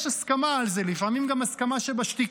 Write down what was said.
יש הסכמה על זה, לפעמים גם הסכמה שבשתיקה.